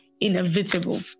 inevitable